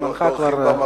זמנך כבר,